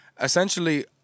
essentially